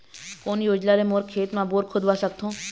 कोन योजना ले मोर खेत मा बोर खुदवा सकथों?